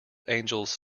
angels